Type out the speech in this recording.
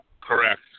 Correct